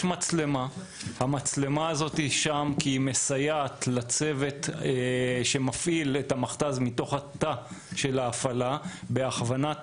המצלמה שם כי היא מסייעת לצוות שמפעיל את המכתז מתוך תא ההפעלה בהכוונת